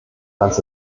das